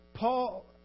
Paul